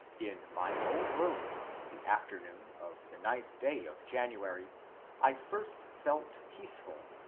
in my own room in the afternoon of the ninth day of january i first felt peaceful,